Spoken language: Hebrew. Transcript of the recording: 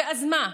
ואז מה?